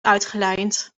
uitgelijnd